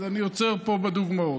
אז אני עוצר פה עם הדוגמאות.